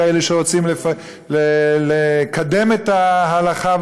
כאלה שרוצים לקדם את ההלכה,